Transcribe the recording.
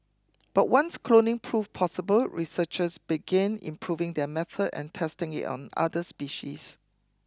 but once cloning proved possible researchers began improving their method and testing it on other species